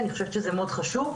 אני חושבת שזה מאוד חשוב,